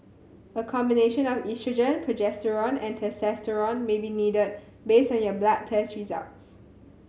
a combination of oestrogen progesterone and testosterone may be needed based on your blood test results